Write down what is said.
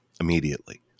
immediately